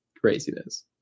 Craziness